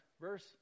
verse